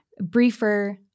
briefer